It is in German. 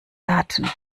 daten